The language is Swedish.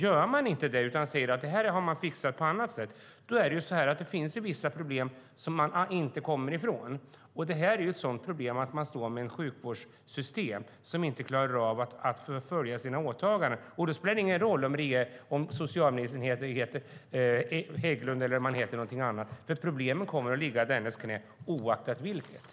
Gör man inte det utan säger att det får fixas på annat sätt kvarstår vissa problem som man inte kommer ifrån. Ett sådant problem är att man har ett sjukvårdssystem som inte klarar av att fullfölja sina åtaganden. Då spelar det ingen roll om socialministern heter Hägglund eller om han eller hon heter någonting annat. Problemen kommer att landa i socialministerns knä oavsett vad han eller hon heter.